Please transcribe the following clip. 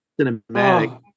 cinematic